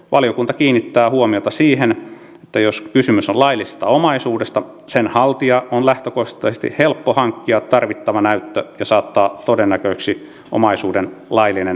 valiokunta kiinnittää huomiota siihen että jos kysymys on laillisesta omaisuudesta sen haltijan on lähtökohtaisesti helppo hankkia tarvittava näyttö ja saattaa todennäköiseksi omaisuuden laillinen alkuperä